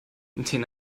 den